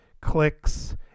clicks